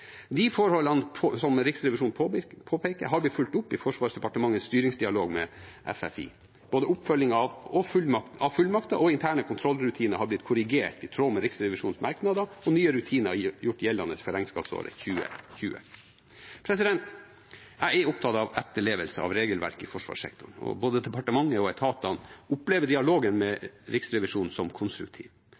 De forholdene som Riksrevisjonen påpeker, har vi fulgt opp i Forsvarsdepartementets styringsdialog med FFI. Både oppfølging av fullmakter og interne kontrollrutiner har blitt korrigert i tråd med Riksrevisjonens merknader, og nye rutiner er gjort gjeldende for regnskapsåret 2020. Jeg er opptatt av etterlevelse av regelverket i forsvarssektoren, og både departementet og etatene opplever dialogen med Riksrevisjonen som konstruktiv.